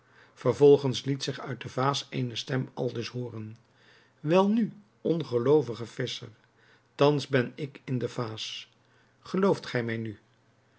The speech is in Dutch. vervolgens liet zich uit de vaas eene stem aldus hooren welnu ongeloovige visscher thans ben ik in de vaas gelooft gij mij nu